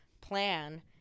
plan